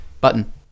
Button